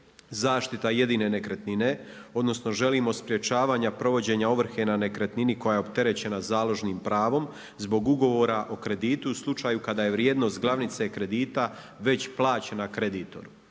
zaštita jedine nekretnine odnosno želimo sprječavanja provođenja ovrhe na nekretnini koja je opterećena založnim pravom zbog ugovora o kreditu u slučaju kada je vrijednost glavnice kredita već plaćena kreditoru.